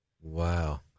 Wow